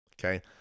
Okay